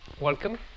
welcome